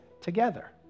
together